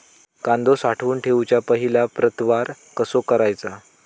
कांदो साठवून ठेवुच्या पहिला प्रतवार कसो करायचा?